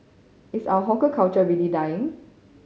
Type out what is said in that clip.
is our hawker culture really dying